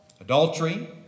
adultery